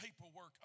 paperwork